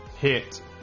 hit